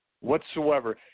whatsoever